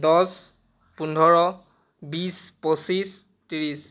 দহ পোন্ধৰ বিছ পঁচিছ ত্ৰিছ